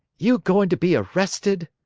you goin' to be arrested?